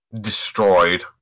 destroyed